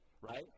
right